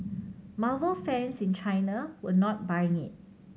marvel fans in China were not buying it